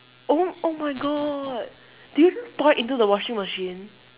oh oh my god did you just pour it into the washing machine